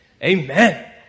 Amen